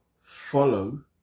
follow